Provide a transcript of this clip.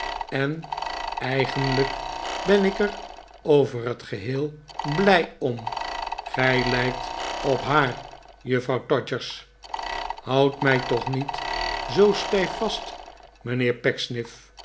en eigenlijk ben ik er over het geheel blij om gij lijkt op haar juffrouw todgers houd mij toch niet zoo stijf vast